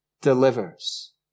delivers